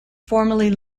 formerly